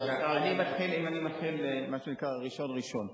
אני מתחיל, מה שנקרא, ראשון-ראשון.